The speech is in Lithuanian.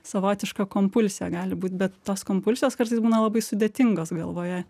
savotiška kompulsija gali būt bet tos kompulsijos kartais būna labai sudėtingos galvoje